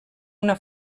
una